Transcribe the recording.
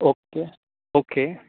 okay okay